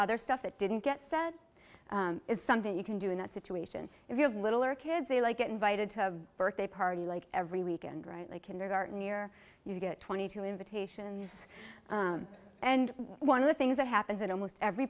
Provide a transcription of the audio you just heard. other stuff that didn't get said is something you can do in that situation if you have little or kids they like get invited to a birthday party like every weekend right like kindergarten year you get twenty two invitation and this and one of the things that happens at almost every